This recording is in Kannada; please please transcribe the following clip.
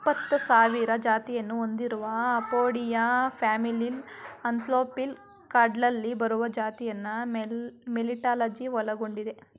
ಇಪ್ಪತ್ಸಾವಿರ ಜಾತಿಯನ್ನು ಹೊಂದಿರುವ ಅಪೊಯಿಡಿಯಾ ಫ್ಯಾಮಿಲಿಲಿ ಆಂಥೋಫಿಲಾ ಕ್ಲಾಡ್ನಲ್ಲಿ ಬರುವ ಜಾತಿಯನ್ನು ಮೆಲಿಟಾಲಜಿ ಒಳಗೊಂಡಿದೆ